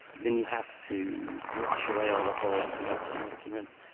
then you have to wash away all the hulls and rinse and rinse and rinse.